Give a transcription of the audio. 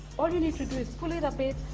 all you need to do is pull it a bit.